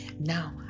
Now